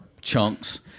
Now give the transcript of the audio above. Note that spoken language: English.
chunks